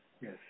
yes